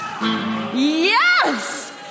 Yes